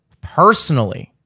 personally